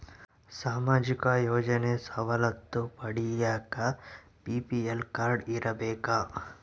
ಸಾಮಾಜಿಕ ಯೋಜನೆ ಸವಲತ್ತು ಪಡಿಯಾಕ ಬಿ.ಪಿ.ಎಲ್ ಕಾಡ್೯ ಇರಬೇಕಾ?